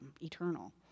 eternal